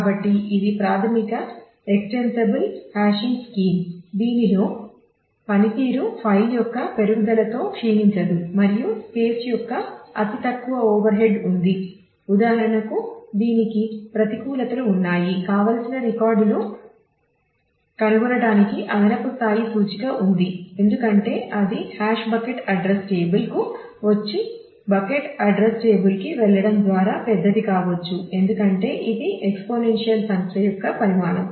కాబట్టి ఇది ప్రాథమిక ఎక్స్టెన్డబుల్ హాషింగ్ స్కీమ్ సంఖ్య యొక్క పరిమాణం